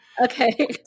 Okay